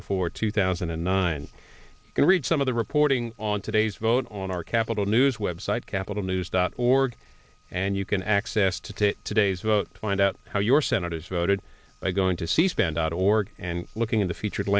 before two thousand and nine can read some of the reporting on today's vote on our capitol news website capital news dot org and you can access to to today's vote find out how your senators voted by going to cspan dot org and looking in the featured